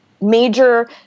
major